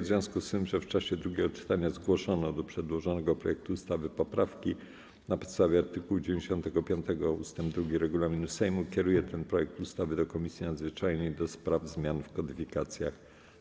W związku z tym, że w czasie drugiego czytania zgłoszono do przedłożonego projektu ustawy poprawki, na podstawie art. 95 ust. 2 regulaminu Sejmu kieruję ten projekt ustawy do Komisji Nadzwyczajnej do spraw zmian w kodyfikacjach